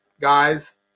guys